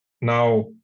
Now